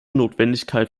notwendigkeit